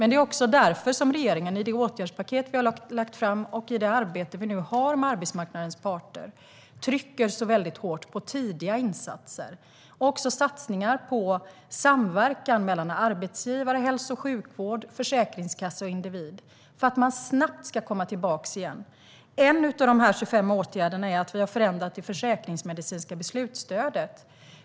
Det är därför som vi i regeringen i det åtgärdspaket som vi har lagt fram och i det arbete som vi nu har med arbetsmarknadens parter trycker väldigt hårt på tidiga insatser. Det handlar också om satsningar på samverkan mellan arbetsgivare, hälso och sjukvård, Försäkringskassan och individen för att man snabbt ska komma tillbaka. En av de 25 åtgärderna är att vi har förändrat det försäkringsmedicinska beslutsstödet.